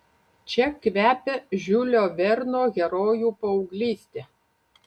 čia kvepia žiulio verno herojų paauglyste